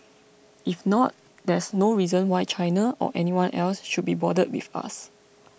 if not there's no reason why China or anyone else should be bothered with us